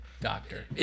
doctor